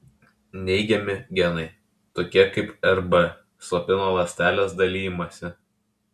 neigiami genai tokie kaip rb slopina ląstelės dalijimąsi